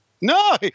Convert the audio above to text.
No